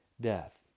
death